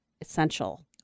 essential